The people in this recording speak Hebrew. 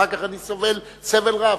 אחר כך אני סובל סבל רב.